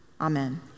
Amen